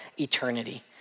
eternity